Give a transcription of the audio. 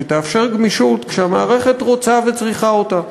שתאפשר גמישות שהמערכת רוצה וצריכה אותה.